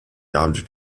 object